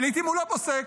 ולעיתים הוא לא פוסק.